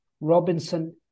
Robinson